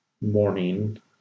morning